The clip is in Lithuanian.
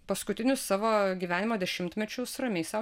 paskutinius savo gyvenimo dešimtmečius ramiai sau